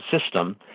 system